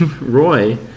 Roy